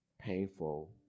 painful